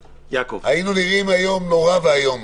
היינו נראים היום נורא ואיום.